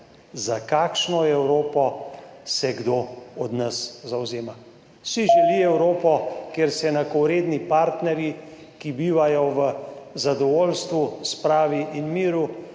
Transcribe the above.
za kakšno Evropo se kdo od nas zavzema. Si želi Evropo, kjer so enakovredni partnerji, ki bivajo v zadovoljstvu, spravi in miru